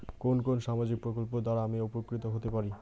কোন কোন সামাজিক প্রকল্প দ্বারা আমি উপকৃত হতে পারি?